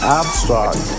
abstract